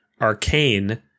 Arcane